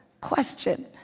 question